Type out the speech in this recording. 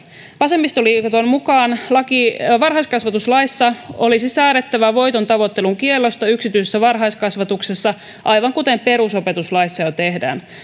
vasemmistoliiton mukaan varhaiskasvatuslaissa olisi säädettävä voitontavoittelun kiellosta yksityisessä varhaiskasvatuksessa aivan kuten perusopetuslaissa jo tehdään